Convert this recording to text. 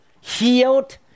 healed